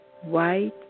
white